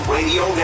Radio